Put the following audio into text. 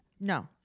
No